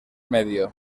medio